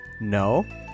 No